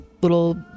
little